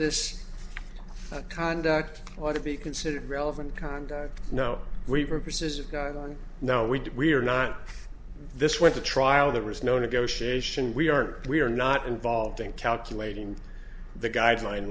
this conduct ought to be considered relevant conduct no great reverses a guideline now we did we are not this went to trial there was no negotiation we aren't we are not involved in calculating the guideline